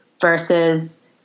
versus